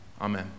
Amen